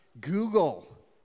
Google